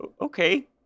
okay